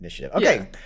okay